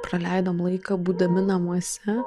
praleidom laiką būdami namuose